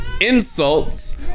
insults